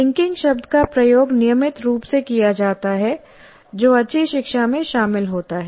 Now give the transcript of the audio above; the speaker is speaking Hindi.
लिंकिंग शब्द का प्रयोग नियमित रूप से किया जाता है जो अच्छी शिक्षा में शामिल होता है